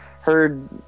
heard